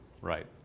right